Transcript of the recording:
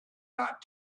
not